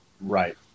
Right